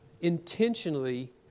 intentionally